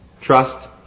trust